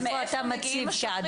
איפה אתה מציב את העדיפות הראשונה?